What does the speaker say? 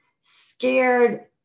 scared